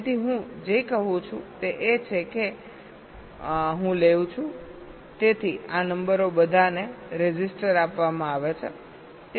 તેથી હું જે કહું છું તે એ છે કે હું લેઉં છું તેથી આ નંબરો બધાને રેઝિસ્ટર આપવામાં આવે છે